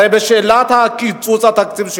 הרי בשאלת קיצוץ התקציב,